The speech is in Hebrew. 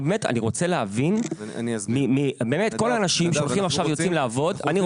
אני באמת רוצה להבין איך אתה עושה.